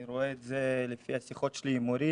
אני רואה את בשיחות שלי עם מורים,